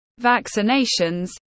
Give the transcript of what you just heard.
vaccinations